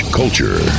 culture